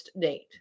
date